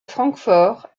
francfort